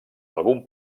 algun